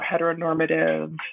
heteronormative